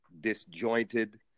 disjointed